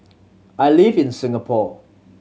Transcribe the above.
I live in Singapore